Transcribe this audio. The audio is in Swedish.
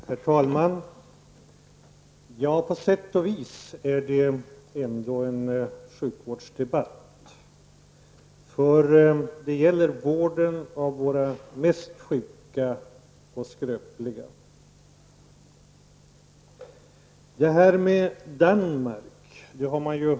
Herr talman! På sätt och vis är det ändå en sjukvårdsdebatt, för det gäller vården av våra mest sjuka och skröpliga. Man har ju fått höra mycket om Danmark.